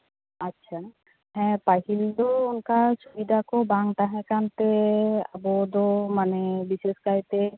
ᱟᱪᱪᱷᱟ ᱦᱮᱸ ᱯᱟᱹᱦᱤᱞ ᱫᱚ ᱚᱱᱠᱟ ᱥᱩᱵᱤᱫᱟ ᱠᱚ ᱵᱟᱝ ᱛᱟᱦᱮᱸ ᱠᱟᱱᱛᱮ ᱟᱵᱚᱫᱚ ᱢᱟᱱᱮ ᱵᱤᱥᱮᱥ ᱠᱟᱭᱛᱮ